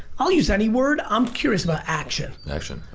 i'll use any word. i'm curious about action. action.